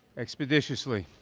expeditiously.